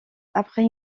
après